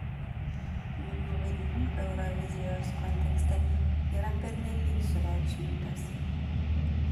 mano vaidmuo eurovizijos kontekste yra pernelyg sureikšmintas